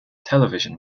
television